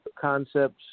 concepts